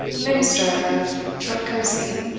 minister of trotcosey,